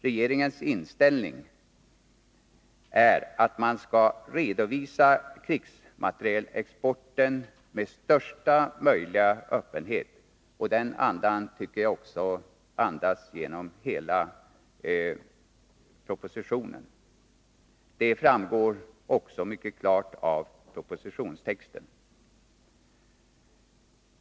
Regeringens inställning är att man skall redovisa krigsmaterielexporten med största möjliga öppenhet. Den andan genomsyrar hela propositionen, det framgår klart av propositionstexten.